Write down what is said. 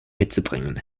mitzubringen